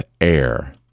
air